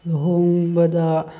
ꯂꯨꯍꯣꯡꯕꯗ